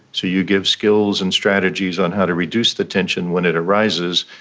so you give skills and strategies on how to reduce the tension when it arises,